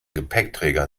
gepäckträger